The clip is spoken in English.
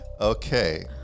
Okay